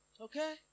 Okay